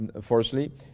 firstly